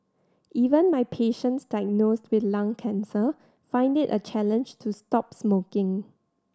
even my patients diagnosed with lung cancer find it a challenge to stop smoking